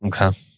Okay